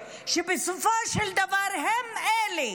ובסופו של דבר הם אלה